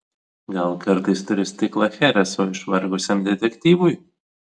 gal kartais turi stiklą chereso išvargusiam detektyvui